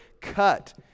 cut